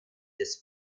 des